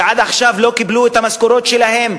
שעד עכשיו לא קיבלו את המשכורות שלהם,